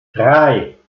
drei